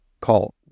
call